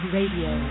Radio